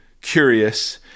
curious